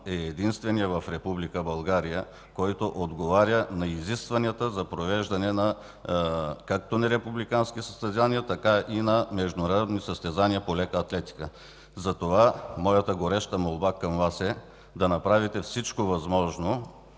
би единственият в Република България, който отговаря на изискванията за провеждане както на републикански състезания, така и на международни състезания по лека атлетика. Затова моята гореща молба към Вас е да направите всичко възможно,